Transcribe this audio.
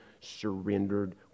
surrendered